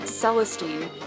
Celestine